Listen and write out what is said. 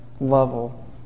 level